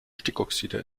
stickoxide